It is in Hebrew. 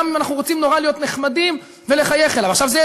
גם אם אנחנו רוצים נורא להיות נחמדים ולחייך אליו.